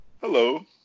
hello